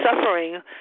suffering